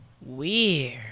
Weird